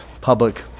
public